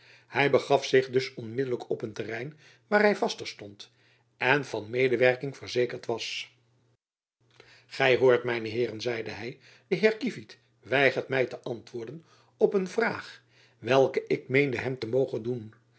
hy begaf zich dus onmiddelijk op een terrein waar hy vaster stond en van medewerking verzekerd was gy hoort het mijne heeren zeide hy de heer kievit weigert my te antwoordden op een vraag welke ik meende hem te mogen doen